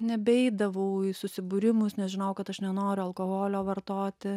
nebeidavau į susibūrimus nes žinojau kad aš nenoriu alkoholio vartoti